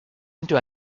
into